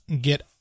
get